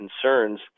concerns